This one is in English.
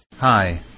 Hi